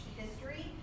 history